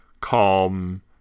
calm